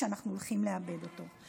ואנחנו הולכים לאבד אותו.